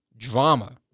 Drama